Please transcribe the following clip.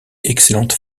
excellente